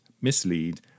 mislead